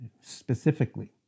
specifically